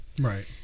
Right